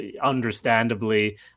understandably